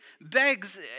begs